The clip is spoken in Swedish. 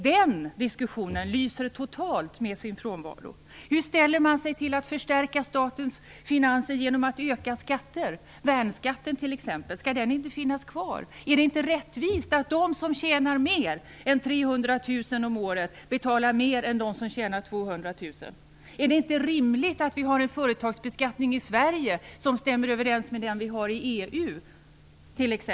Den diskussionen lyser totalt med sin frånvaro. Hur ställer man sig till att förstärka statens finanser genom att höja skatter, exempelvis värnskatten? Skall inte värnskatten finnas kvar? Är det inte rättvist att de som tjänar mer än 300 000 kr om året betalar mer än de som tjänar 200 000 kr? Är det inte rimligt att vi har en företagsbeskattning i Sverige som stämmer överens med den som finns i EU?